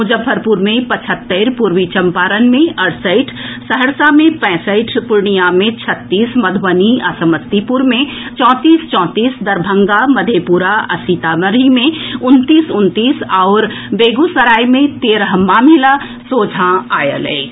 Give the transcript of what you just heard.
मुजफ्फरपुर मे पचहत्तरि पूर्वी चम्पारण मे अड़सठि सहरसा मे पैंसठि पूर्णियां मे छत्तीस मधुबनी आ समस्तीपुर मे चौतीस चौतीस दरभंगा मधेपुरा आ सीतामढ़ी में उनतीस उनतीस आओर बेगूसराय मे तेरह मामिला सोझा आयल अछि